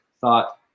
thought